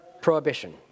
prohibition